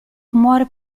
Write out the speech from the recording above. muore